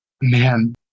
man